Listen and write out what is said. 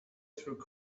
through